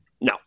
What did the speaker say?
No